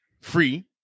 free